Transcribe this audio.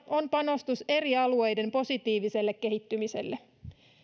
on panostus eri alueiden positiiviselle kehittymiselle